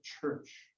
church